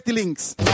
links